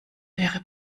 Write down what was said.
wäre